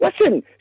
Listen